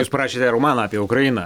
jūs parašėte romaną apie ukrainą